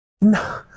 No